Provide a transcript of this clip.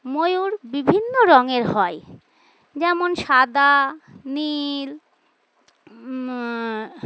ময়ূর বিভিন্ন রঙের হয় যেমন সাদা নীল